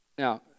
Now